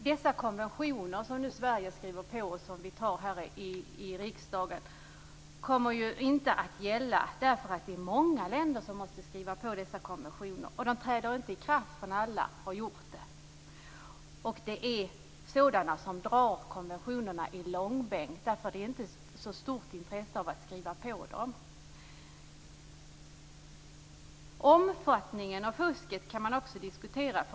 Dessa konventioner som nu Sverige skriver på och som vi fattar beslut om här i riksdagen kommer inte att gälla. Det är många länder som inte skriver på konventionerna, och de träder inte i kraft förrän alla har gjort det. Det finns sådana länder som drar konventionerna i långbänk och inte har så stort intresse av att skriva på dem. Omfattningen av fusket kan man också diskutera.